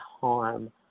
harm